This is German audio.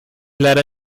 leider